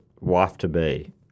wife-to-be